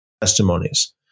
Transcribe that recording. testimonies